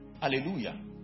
Hallelujah